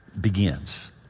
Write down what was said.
begins